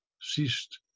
ceased